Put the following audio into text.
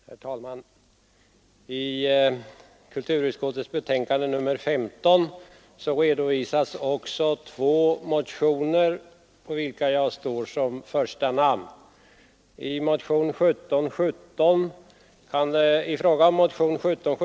Herr talman! I kulturutskottets betänkande nr 15 behandlas bl.a. två motioner, nr 1717 och 1718, under vilka jag står som första namn.